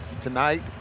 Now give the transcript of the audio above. Tonight